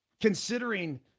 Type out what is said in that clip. considering